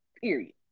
period